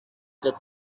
cet